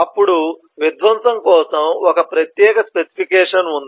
అప్పుడు విధ్వంసం కోసం ఒక ప్రత్యేక స్పెసిఫికేషన్ ఉంది